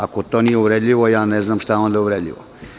Ako to nije uvredljivo, ne znam šta je onda uvredljivo.